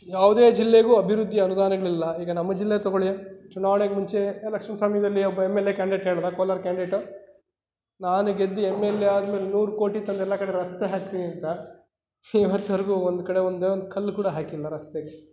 ಯಾವುದೇ ಜಿಲ್ಲೆಗೂ ಅಭಿವೃದ್ಧಿ ಅನುದಾನಗಳಿಲ್ಲ ಈಗ ನಮ್ಮ ಜಿಲ್ಲೆ ತೊಗೊಳಿ ಚುನಾವಣೆಗೆ ಮುಂಚೆ ಎಲೆಕ್ಷನ್ ಸಮಯದಲ್ಲಿ ಒಬ್ಬ ಎಮ್ ಎಲ್ ಎ ಕ್ಯಾಂಡಿಡೇಟ್ ಹೇಳಿದ ಕೋಲಾರ ಕ್ಯಾಂಡಿಡೇಟು ನಾನು ಗೆದ್ದು ಎಮ್ ಎಲ್ ಎ ಆದ ಮೇಲೆ ನೂರು ಕೋಟಿ ತಂದು ಎಲ್ಲ ಕಡೆ ರಸ್ತೆ ಹಾಕ್ತೀನಿ ಅಂತ ಇವತ್ವರೆಗೂ ಒಂದು ಕಡೆ ಒಂದೇ ಒಂದು ಕಲ್ಲು ಕೂಡ ಹಾಕಿಲ್ಲ ರಸ್ತೆಗೆ